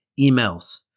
emails